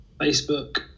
Facebook